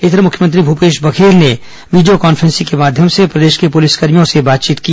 इधर मुख्यमंत्री भूपेश बघेल ने वीडियो कॉन्फ्रेंसिंग के माध्यम से प्रदेश के पुलिसकर्भियों से बात की